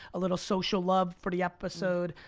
a little social love for the episode.